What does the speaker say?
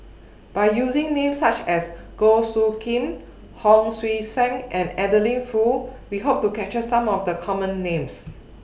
By using Names such as Goh Soo Khim Hon Sui Sen and Adeline Foo We Hope to capture Some of The Common Names